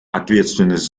ответственность